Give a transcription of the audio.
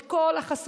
את כל החסמים,